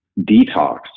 detox